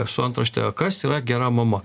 su antrašte kas yra gera mama